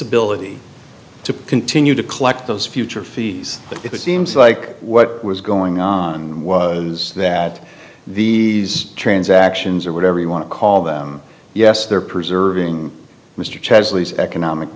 ability to continue to collect those future fees but it seems like what was going on was that these transactions or whatever you want to call them yes they're preserving mr